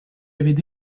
avaient